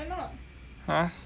!huh! 生病 eh